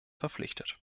verpflichtet